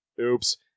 Oops